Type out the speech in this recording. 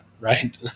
right